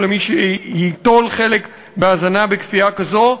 או למי שייטול חלק בהזנה בכפייה כזו,